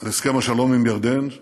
על הסכם השלום עם ירדן,